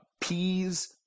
Peas